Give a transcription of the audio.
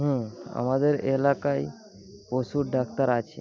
হ্যাঁ আমাদের এলাকায় পশুর ডাক্তার আছে